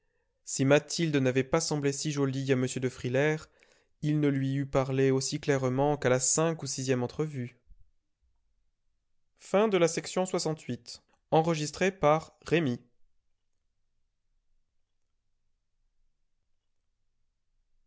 si mathilde n'avait pas semblé si jolie à m de frilair il ne lui eût parlé aussi clairement qu'à la cinq ou sixième entrevue